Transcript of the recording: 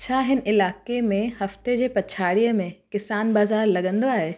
छा हिन इलाइक़े में हफ़्ते जे पछाड़ीअ में किसान बाज़ारि लॻंदो आहे